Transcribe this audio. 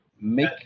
make